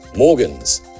Morgan's